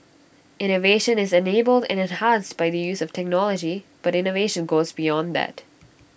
innovation is enabled and enhanced by the use of technology but innovation goes beyond that